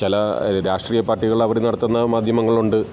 ചില രാഷ്ട്രീയ പാർട്ടികൾ അവർ നടത്തുന്ന മാധ്യമങ്ങളുണ്ട്